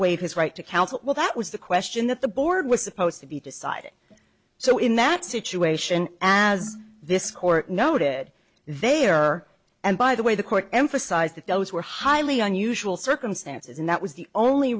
waive his right to counsel well that was the question that the board was supposed to be deciding so in that situation as this court noted there and by the way the court emphasized that those were highly unusual circumstances and that was the only